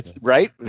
Right